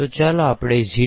તો ચાલો આપણે જી